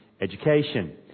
education